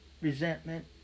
resentment